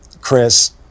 chris